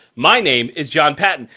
my name is jon patton.